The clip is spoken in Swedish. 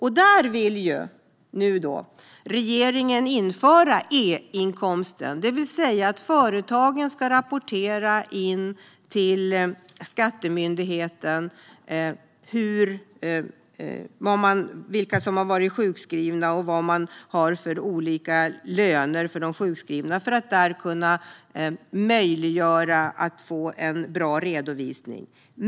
Regeringen vill nu införa einkomsten, det vill säga att företagen ska rapportera till skattemyndigheten vilka som har varit sjukskrivna och vad de sjukskrivna har för löner - detta för att möjliggöra en bra redovisning.